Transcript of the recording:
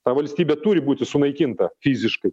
ta valstybė turi būti sunaikinta fiziškai